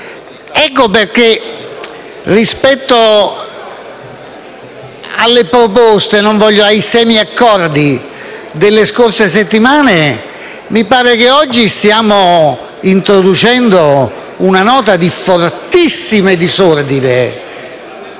Ecco perché, rispetto alle proposte e ai semiaccordi delle scorse settimane, mi pare che oggi stiamo introducendo una nota di fortissimo disordine,